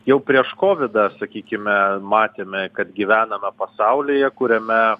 jau prieš kovidą sakykime matėme kad gyvename pasaulyje kuriame